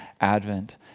Advent